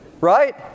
Right